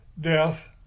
death